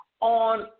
on